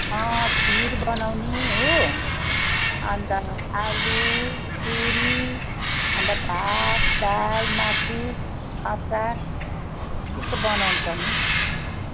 खिर बनाउने हो अनि त आलु पुरी अनि त भात दाल मासु अचार त्यस्तो बनाउनुपर्ने